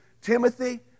Timothy